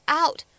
out